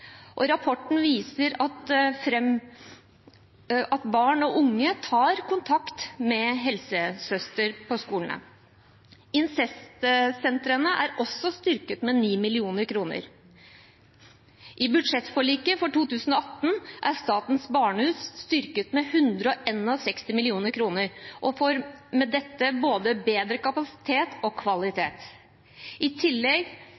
Og rapporten viser at barn og unge tar kontakt med helsesøster på skolene. Incestsentrene er styrket med 9 mill. kr. I budsjettforliket for 2018 er Statens barnehus styrket med 161 mill. kr og får med dette både bedre kapasitet og kvalitet, i tillegg